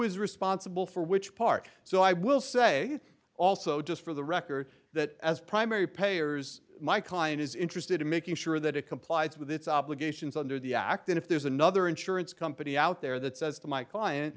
is responsible for which part so i will say also just for the record that as primary payers my client is interested in making sure that it complies with its obligations under the act and if there's another insurance company out there that says to my client